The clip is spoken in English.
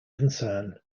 concern